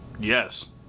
Yes